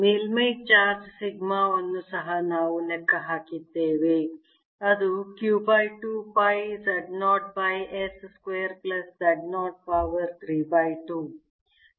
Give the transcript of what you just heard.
ಮೇಲ್ಮೈ charge sigma ವನ್ನು ಸಹ ನಾವು ಲೆಕ್ಕ ಹಾಕಿದ್ದೇವೆ ಅದು q 2 pi Z0 s square Z0 power 32